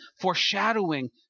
foreshadowing